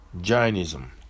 Jainism